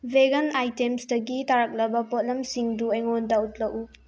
vegan ꯑꯥꯏꯇꯦꯝꯗꯒꯤ ꯇꯥꯔꯛꯂꯕ ꯄꯣꯠꯂꯝꯁꯤꯡꯗꯨ ꯑꯩꯉꯣꯟꯗ ꯎꯠꯂꯛꯎ